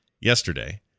yesterday